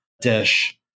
dish